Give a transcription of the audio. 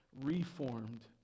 Reformed